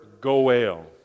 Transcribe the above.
goel